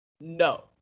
No